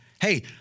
hey